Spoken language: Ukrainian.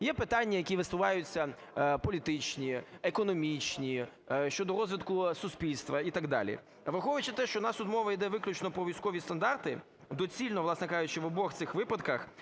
Є питання, які висуваються політичні, економічні щодо розвитку суспільства і так далі. Враховуючи те, що у нас тут мова йде виключно про військові стандарти, доцільно, власне кажучи, в обох цих випадках